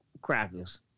crackers